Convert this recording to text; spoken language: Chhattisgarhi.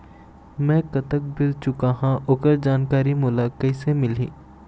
मैं कतक बिल चुकाहां ओकर जानकारी मोला कइसे मिलही?